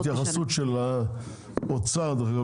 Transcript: דרך אגב יש התייחסות של האוצר דרך אגב,